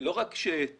לא רק שתמשיך